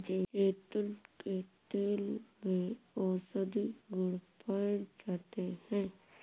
जैतून के तेल में औषधीय गुण पाए जाते हैं